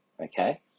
Okay